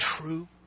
true